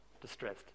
distressed